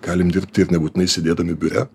galim dirbti ir nebūtinai sėdėdami biure